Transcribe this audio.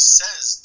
says